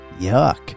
Yuck